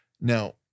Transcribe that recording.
Now